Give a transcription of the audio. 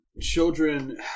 Children